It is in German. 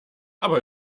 aber